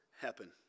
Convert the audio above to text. happen